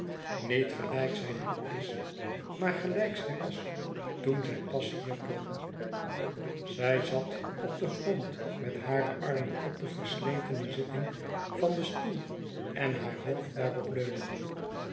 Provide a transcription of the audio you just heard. niet gelijk zij nu is maar gelijk zij was toen zij pas hier kwam zij zat op den grond met hare arm en op de versletene zitting van den stoei en haar hoofd daarop leunende